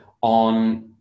on